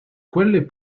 quelle